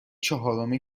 چهارم